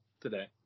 today